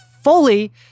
fully